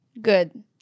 Good